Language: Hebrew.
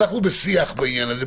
אנחנו בשיח בעניין הזה,